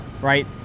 right